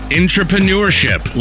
entrepreneurship